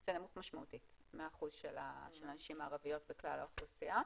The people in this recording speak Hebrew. זה נמוך משמעותית מהאחוז של הנשים הערביות בכלל האוכלוסייה.